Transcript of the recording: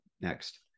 next